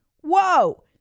Whoa